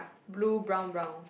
blue brown brown